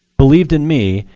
believed in me,